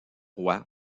roy